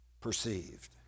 perceived